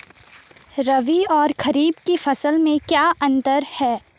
रबी और खरीफ की फसल में क्या अंतर है?